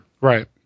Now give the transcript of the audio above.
Right